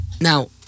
Now